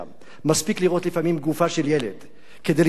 מספיק לראות לפעמים גופה של ילד כדי להצטמרר.